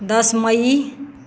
दस मइ